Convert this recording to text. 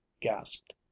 gasped